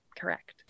correct